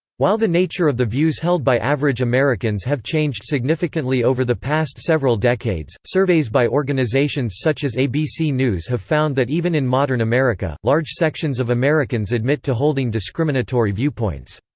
while the nature of the views held by average americans have changed significantly over the past several decades, surveys by organizations such as abc news have found that even in modern america, large sections of americans admit to holding discriminatory viewpoints.